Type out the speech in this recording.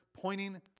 pointing